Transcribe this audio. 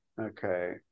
Okay